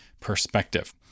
perspective